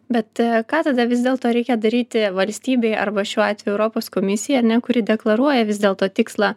bet ką tada vis dėlto reikia daryti valstybei arba šiuo atveju europos komisijai kuri deklaruoja vis dėl to tikslą